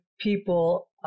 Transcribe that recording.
people